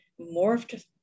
morphed